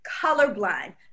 colorblind